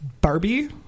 Barbie